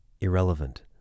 irrelevant